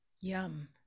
yum